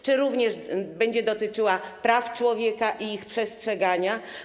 Czy również będzie dotyczyła praw człowieka i ich przestrzegania?